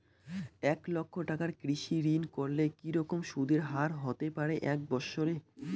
এক লক্ষ টাকার কৃষি ঋণ করলে কি রকম সুদের হারহতে পারে এক বৎসরে?